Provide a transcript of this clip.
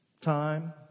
Time